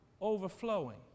overflowing